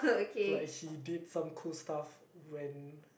like he did some cool stuff when